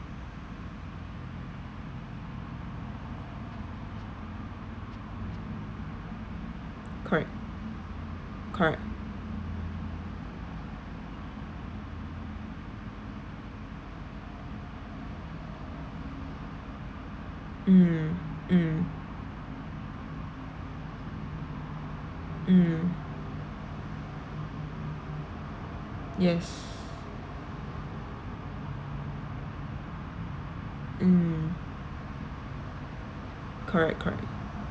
correct correct mm mm mm yes mm correct correct